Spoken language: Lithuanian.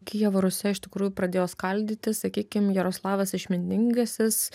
kijevo rusia iš tikrųjų pradėjo skaldytis sakykim jaroslavas išmintingasis